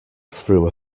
through